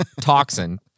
toxin